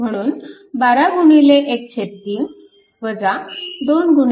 म्हणून 12 13 21 2V